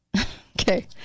Okay